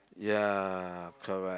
ya correct